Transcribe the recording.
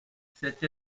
cette